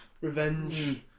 revenge